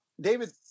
David